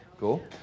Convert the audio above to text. Cool